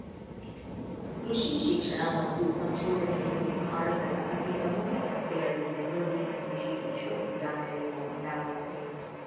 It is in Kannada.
ಕೃಷಿ ಶಿಕ್ಷಣ ಮತ್ತು ಸಂಶೋಧನೆಯಲ್ಲಿ ಭಾರತದ ಅತೀ ಪ್ರಮುಖ ಸಂಸ್ಥೆಗಳಲ್ಲಿ ಬೆಂಗಳೂರಿನ ಕೃಷಿ ವಿಶ್ವವಿದ್ಯಾನಿಲಯವು ಒಂದಾಗಯ್ತೆ